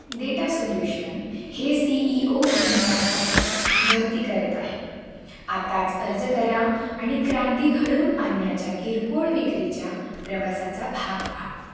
data solution हे C E O भूमिकांसाठी भरती करत आहे आताच अर्ज करा आणि क्रांती घडवून आणण्याच्या किरकोळ विक्रीच्या प्रवासाचा भाग व्हा